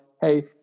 Hey